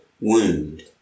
wound